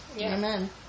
Amen